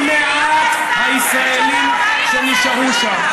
ממעט הישראלים שנשארו שם.